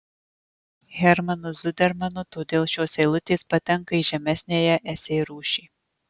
hermanu zudermanu todėl šios eilutės patenka į žemesniąją esė rūšį